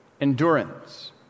endurance